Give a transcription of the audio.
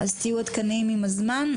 אז תהיו עדכניים עם הזמן.